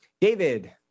David